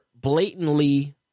blatantly